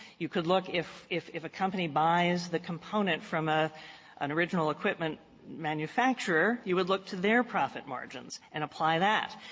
you could look, if if if a company buys the component from ah an original equipment manufacturer, you would look to their profit margins and apply that.